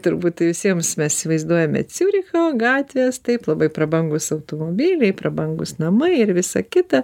turbūt visiems mes įsivaizduojame ciuricho gatvės taip labai prabangūs automobiliai prabangūs namai ir visa kita